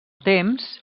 temps